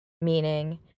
meaning